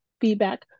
feedback